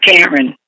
Karen